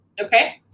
okay